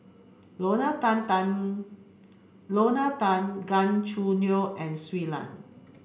Lorna Tan Tan Lorna Tan Gan Choo Neo and Shui Lan